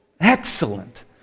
Excellent